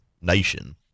nation